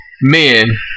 men